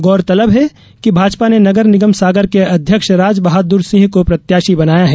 गौरतलब है कि भाजपा ने नगर निगम सागर के अध्यक्ष राजबहादुर सिंह को प्रत्याशी बनाया है